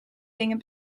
dingen